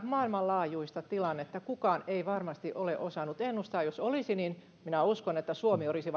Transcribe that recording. maailmanlaajuista tilannetta kukaan ei varmasti ole osannut ennustaa jos olisi niin minä uskon että suomi olisi